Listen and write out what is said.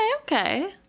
okay